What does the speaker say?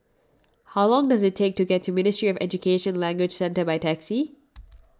how long does it take to get to Ministry of Education Language Centre by taxi